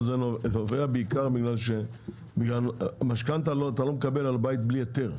אבל זה נובע בעיקר מזה שאתה לא מקבל משכנתא על בית בלי היתר,